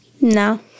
No